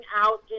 out